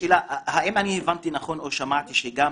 האם אני הבנתי נכון או שמעתי, שגם